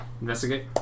Investigate